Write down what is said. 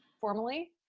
formally